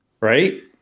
Right